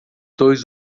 dois